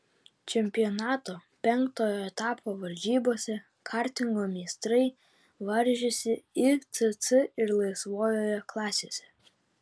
čempionato penktojo etapo varžybose kartingo meistrai varžėsi icc ir laisvojoje klasėse